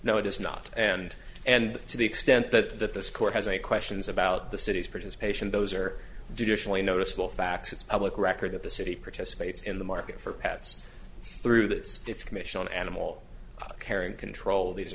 no it is not and and to the extent that that this court has any questions about the city's participation those are judicially noticeable facts it's public record of the city participates in the market for pets through that sports commission on animal care and control these